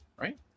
right